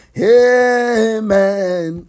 amen